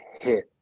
hit